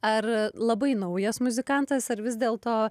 ar labai naujas muzikantas ar vis dėlto